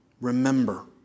Remember